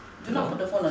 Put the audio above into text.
hello